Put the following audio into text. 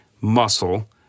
muscle